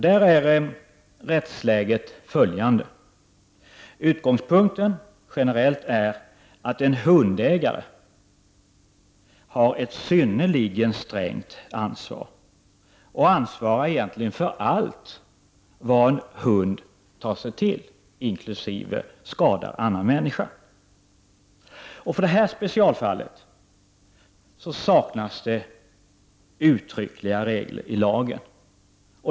Där är rättsläget följande: Utgångspunkten generellt är att en hundägare har ett synnerligen strängt ansvar och ansvarar egentligen för allt vad hunden tar sig till, inkl. skadar en annan människa. För det specialfallet saknas det uttryckliga regler i lagen.